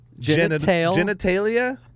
genitalia